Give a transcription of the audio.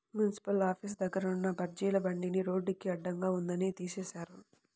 municipal office దగ్గర ఉన్న బజ్జీల బండిని రోడ్డుకి అడ్డంగా ఉందని తీసేశారు